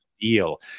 deal